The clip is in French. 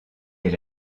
est